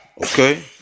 Okay